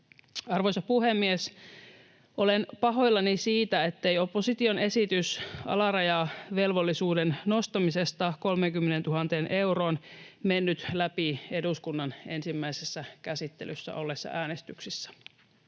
Arvoisa puhemies! Olen pahoillani siitä, ettei opposition esitys alarajavelvollisuuden nostamisesta 30 000 euroon mennyt läpi eduskunnan ensimmäisessä käsittelyssä olleissa äänestyksissä.